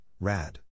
Rad